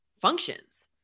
functions